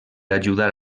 ajudar